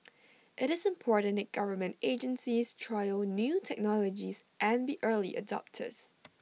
IT is important that government agencies trial new technologies and be early adopters